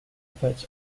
efforts